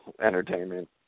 entertainment